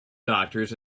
doctors